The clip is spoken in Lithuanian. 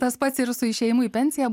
tas pats ir su išėjimu į pensiją